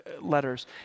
letters